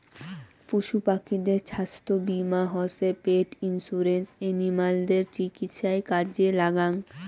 পশু পাখিদের ছাস্থ্য বীমা হসে পেট ইন্সুরেন্স এনিমালদের চিকিৎসায় কাজে লাগ্যাঙ